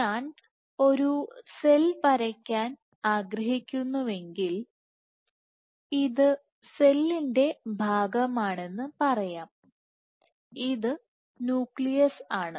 ഞാൻ ഒരു സെൽ വരയ്ക്കാൻ ആഗ്രഹിക്കുന്നുവെങ്കിൽ ഇത് സെല്ലിന്റെ ഭാഗമാണെന്ന് പറയാം ഇത് ന്യൂക്ലിയസ് ആണ്